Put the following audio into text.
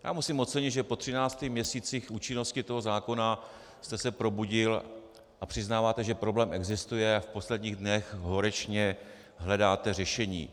Já musím ocenit, že po třinácti měsících účinnosti toho zákona jste se probudil a přiznáváte, že problém existuje, a v posledních dnech horečně hledáte řešení.